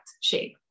shape